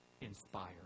inspired